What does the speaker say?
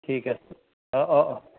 ঠিক আছে অঁ অঁ অঁ